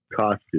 costume